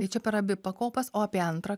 tai čia per abi pakopas o apie antrą